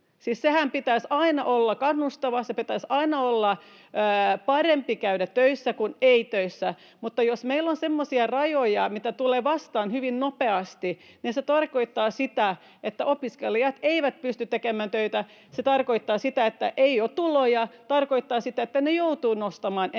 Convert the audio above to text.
senhän pitäisi aina olla kannustavaa. Pitäisi aina olla parempi käydä töissä kuin että ei käy töissä. Mutta jos meillä on semmoisia rajoja, mitä tulee vastaan hyvin nopeasti, niin se tarkoittaa sitä, että opiskelijat eivät pysty tekemään töitä. Se tarkoittaa sitä, että ei ole tuloja. Se tarkoittaa sitä, että he joutuvat nostamaan